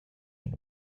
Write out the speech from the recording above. and